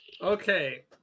Okay